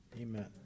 Amen